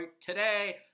today